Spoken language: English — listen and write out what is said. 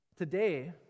Today